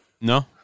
No